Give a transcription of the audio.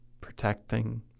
protecting